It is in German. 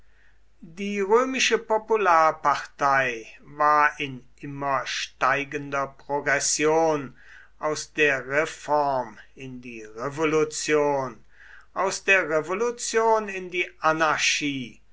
die römische popularpartei war in immer steigender progression aus der reform in die revolution aus der revolution in die anarchie